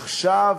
עכשיו,